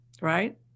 right